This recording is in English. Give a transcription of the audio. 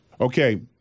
Okay